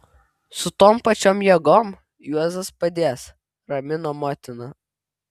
su tom pačiom jėgom juozas padės ramino motina